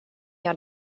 jag